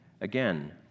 Again